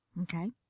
Okay